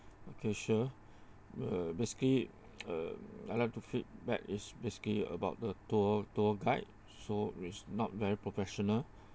okay sure uh basically uh I like to feedback is basically about the tour tour guide so is not very professional